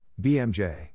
BMJ